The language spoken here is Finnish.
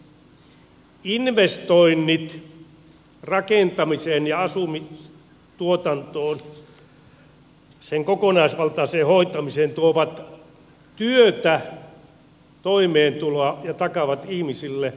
investoinnit rakentamiseen ja asumistuotantoon sen kokonaisvaltaiseen hoitamiseen tuovat työtä toimeentuloa ja takaavat ihmisille ihmisarvoisen elämän